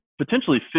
potentially